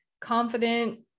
confident